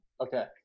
okay